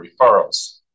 referrals